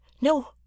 No